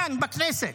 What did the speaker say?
כאן בכנסת.